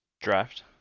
Draft